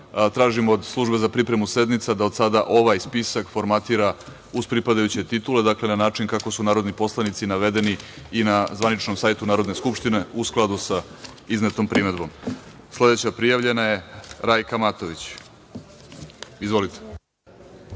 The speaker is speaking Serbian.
tražim od službe za pripremu sednica da od sada ovaj spisak formatira uz pripadajuće titule, dakle, na način kako su narodni poslanici navedeni i na zvaničnom sajtu Narodne skupštine, u skladu sa iznetom primedbom. Sledeća prijavljena je Rajka Matović. Izvolite.